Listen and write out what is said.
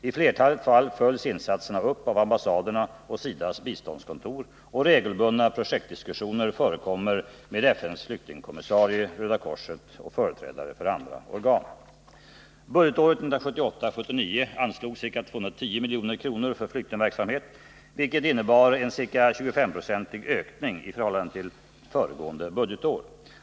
I flertalet fall följs insatserna upp av ambassaderna och SIDA:s biståndskontor, och regelbundna projektdiskussioner förekommer med FN:s flyktingkommissarie, Röda korset och företrädare för andra organ. Budgetåret 1978/79 anslogs ca 210 milj.kr. för flyktingverksamhet, vilket innebar en ca 25-procentig ökning i förhållande till föregående budgetår.